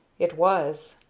it was.